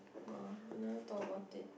uh I never thought about it